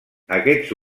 aquests